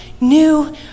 new